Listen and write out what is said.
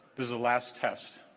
is a last test